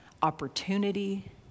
opportunity